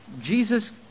Jesus